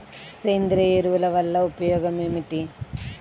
సేంద్రీయ ఎరువుల వల్ల ఉపయోగమేమిటీ?